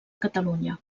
catalunya